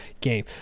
game